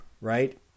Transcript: right